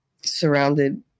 surrounded